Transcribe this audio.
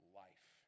life